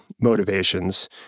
motivations